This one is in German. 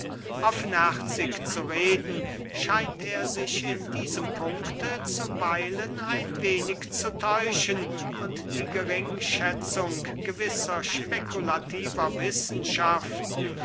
offenherzig zu reden scheint er sich in diesem punkte zuweilen ein wenig zu täuschen und die geringschätzung gewisser spekulativer wissenschaften